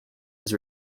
his